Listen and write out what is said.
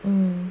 mmhmm